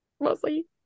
Mostly